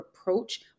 approach